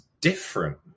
different